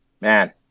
man